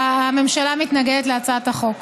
הממשלה מתנגדת להצעת החוק.